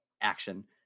action